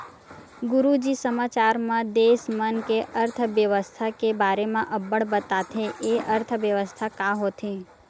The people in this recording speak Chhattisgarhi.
गुरूजी समाचार म देस मन के अर्थबेवस्था के बारे म अब्बड़ बताथे, ए अर्थबेवस्था का होथे?